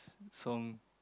song